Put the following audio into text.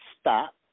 stop